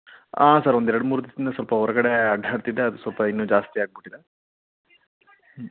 ಆಂ sir ಒಂದೆರಡು ಮೂರು ದಿವಸದಿಂದ ಸ್ವಲ್ಪ ಹೊರಗಡೆ ಅಡ್ಡಾಡ್ತಿದ್ದೆ ಅದು ಸ್ವಲ್ಪ ಇನ್ನು ಜಾಸ್ತಿ ಆಗಿಬಿಟ್ಟಿದೆ ಹ್ಞೂ